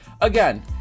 Again